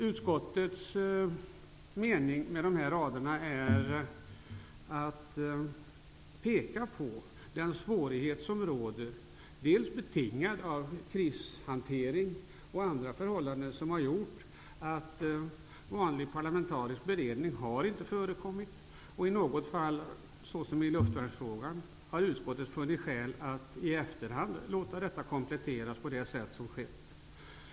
Utskottet vill med dessa rader peka på de svårigheter som råder, betingade av krishantering och andra förhållanden, och som har gjort att vanlig parlamentarisk beredning inte har förekommit. I något fall, såsom i luftvärnsfrågan, har utskottet funnit skäl att i efterhand komplettera detta.